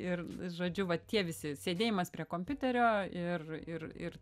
ir žodžiu va tie visi sėdėjimas prie kompiuterio ir ir ir